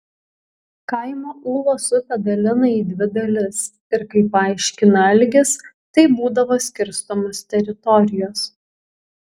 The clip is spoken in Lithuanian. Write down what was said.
kaimą ūlos upė dalina į dvi dalis ir kaip paaiškina algis taip būdavo skirstomos teritorijos